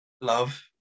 love